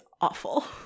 awful